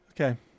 Okay